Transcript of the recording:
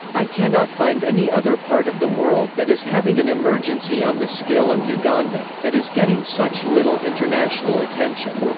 i cannot find any other part of the world that is having an emergency on the scale of uganda, that is getting such little international attention.